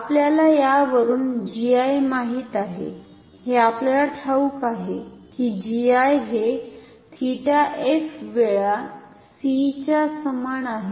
आपल्याला यावरून GI माहित आहे हे आपल्याला ठाऊक आहे की GI हे 𝜃f वेळा c च्या समान आहे